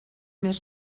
més